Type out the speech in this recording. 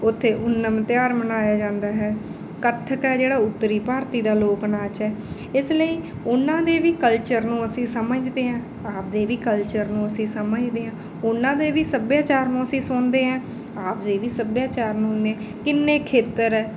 ਉੱਥੇ ਉਨਮ ਤਿਓਹਾਰ ਮਨਾਇਆ ਜਾਂਦਾ ਹੈ ਕੱਥਕ ਹੈ ਜਿਹੜਾ ਉੱਤਰੀ ਭਾਰਤੀ ਦਾ ਲੋਕ ਨਾਚ ਹੈ ਇਸ ਲਈ ਉਹਨਾਂ ਦੇ ਵੀ ਕਲਚਰ ਨੂੰ ਅਸੀਂ ਸਮਝਦੇ ਹਾਂ ਆਪਦੇ ਵੀ ਕਲਚਰ ਨੂੰ ਅਸੀਂ ਸਮਝਦੇ ਹਾਂ ਉਹਨਾਂ ਦੇ ਵੀ ਸੱਭਿਆਚਾਰ ਨੂੰ ਅਸੀਂ ਸੁਣਦੇ ਐਂ ਆਪ ਦੇ ਵੀ ਸੱਭਿਆਚਾਰ ਨੂੰ ਨੇ ਕਿੰਨੇ ਖੇਤਰ ਹੈ